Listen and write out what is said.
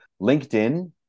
LinkedIn